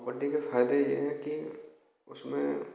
कबड्डी के फायदे ये हैं कि उसमें